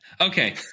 Okay